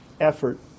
effort